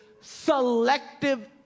selective